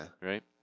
Right